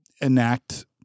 enact